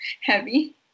heavy